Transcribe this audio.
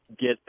get